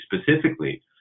specifically